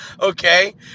okay